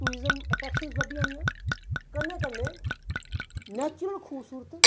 tourism attraction लब्भी जानियां कन्नै कन्नै नैचुरल खूबसूरत